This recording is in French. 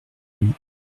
lui